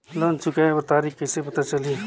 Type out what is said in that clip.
Loan चुकाय कर तारीक कइसे पता चलही?